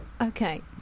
Okay